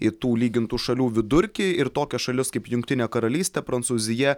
ir tų lygintų šalių vidurkį ir tokias šalis kaip jungtinė karalystė prancūzija